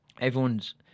everyone's